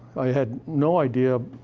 i had no idea,